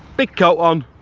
big coat on.